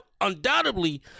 Undoubtedly